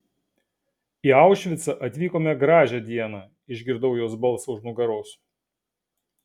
į aušvicą atvykome gražią dieną išgirdau jos balsą už nugaros